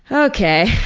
okay.